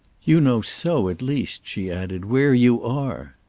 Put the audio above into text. you know so, at least, she added, where you are!